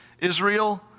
Israel